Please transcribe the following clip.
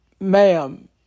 ma'am